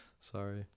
Sorry